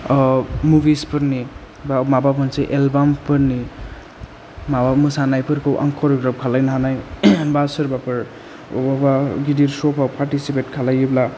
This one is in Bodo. मुभिस फोरनि बा माबा मोनसे एलबामफोरनि माबा मोसानायफोरखौ आं करिय'ग्राफ खालायनो हानाय बा सोरबाफोर अबावबा गिदिर श' आव पार्टिसिपेट खालायोब्ला